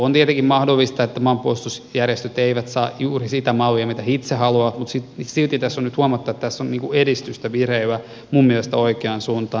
on tietenkin mahdollista että maanpuolustusjärjestöt eivät saa juuri sitä mallia minkä he itse haluavat mutta silti tässä on nyt huomattu että tässä on edistystä vireillä minun mielestäni oikeaan suuntaan